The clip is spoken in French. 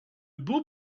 beau